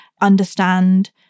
understand